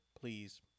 please